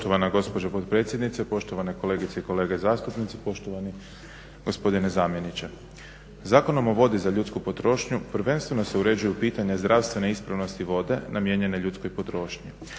Poštovana gospođo potpredsjednice, poštovane kolegice i kolege zastupnici, poštovani gospodine zamjeniče. Zakonom o vodi za ljudsku potrošnju prvenstveno se uređuju pitanja zdravstvene ispravnosti vode namijenjene ljudskoj potrošnji,